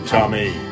Tommy